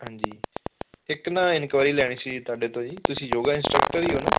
ਹਾਂਜੀ ਇੱਕ ਨਾ ਇਨਕੁਆਇਰੀ ਲੈਣੀ ਸੀ ਤੁਹਾਡੇ ਤੋਂ ਜੀ ਤੁਸੀਂ ਯੋਗਾ ਇੰਸਟਰਕਟਰ ਹੀ ਹੋ